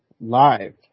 Live